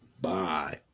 Bye